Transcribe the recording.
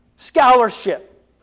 scholarship